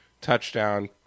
touchdown